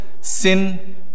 sin